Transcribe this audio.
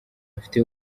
mfite